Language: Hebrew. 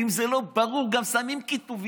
ואם זה לא ברור גם שמים כתוביות.